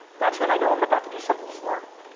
that's when i know i'm about to do something smart.